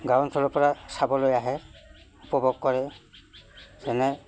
গাঁও অঞ্চলৰপৰা চাবলৈ আহে উপভোগ কৰে যেনে